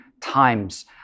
times